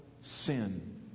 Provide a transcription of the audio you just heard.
sin